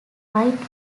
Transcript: right